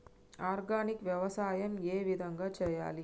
Organic వ్యవసాయం ఏ విధంగా చేయాలి?